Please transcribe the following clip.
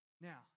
Now